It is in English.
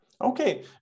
Okay